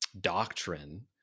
doctrine